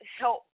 help